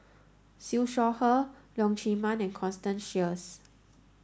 Siew Shaw Her Leong Chee Mun and Constance Sheares